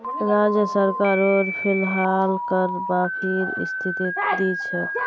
राज्य सरकारो फिलहाल कर माफीर स्थितित नी छोक